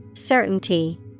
Certainty